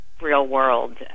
real-world